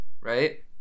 right